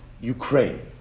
Ukraine